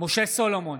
משה סולומון,